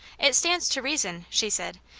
it stands to reason, she said,